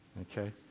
Okay